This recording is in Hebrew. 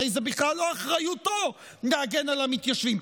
הרי זה בכלל לא אחריותו להגן על המתיישבים.